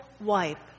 wipe